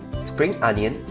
spring onion,